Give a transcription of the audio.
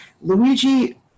Luigi